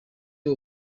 uwo